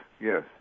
yes